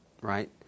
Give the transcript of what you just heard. Right